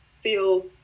feel